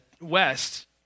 west